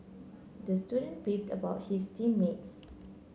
the student beefed about his team mates